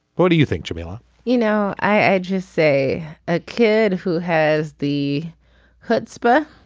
what do you think jamila you know i just say a kid who has the hood spur